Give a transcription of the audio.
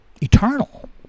eternal